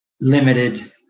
limited